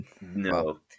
No